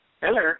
Hello